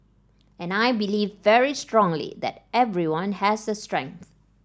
and I believe very strongly that everyone has a strength